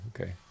okay